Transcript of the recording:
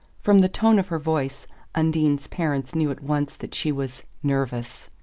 from the tone of her voice undine's parents knew at once that she was nervous.